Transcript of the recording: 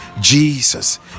jesus